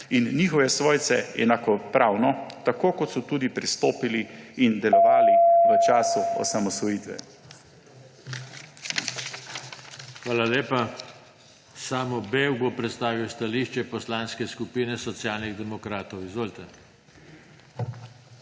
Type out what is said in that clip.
in njihove svojce enakopravno, tako kot so tudi pristopili in delovali v času osamosvojitve. PODPREDSEDNIK JOŽE TANKO: Hvala lepa. Samo Bevk bo predstavil stališče Poslanske skupine Socialnih demokratov. Izvolite.